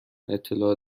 اطلاع